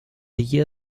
year